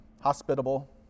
Hospitable